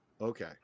Okay